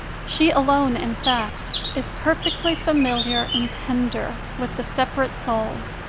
she alone, in fact, is perfectly familiar and tender with the separate soul,